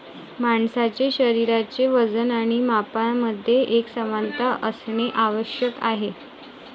माणसाचे शरीराचे वजन आणि मापांमध्ये एकसमानता असणे आवश्यक आहे